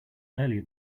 earlier